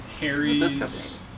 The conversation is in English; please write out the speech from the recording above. Harry's